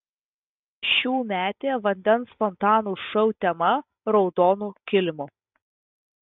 šiųmetė vandens fontanų šou tema raudonu kilimu